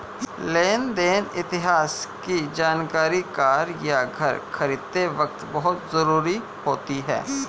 लेन देन इतिहास की जानकरी कार या घर खरीदते वक़्त बहुत जरुरी होती है